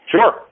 sure